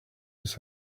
his